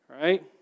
Right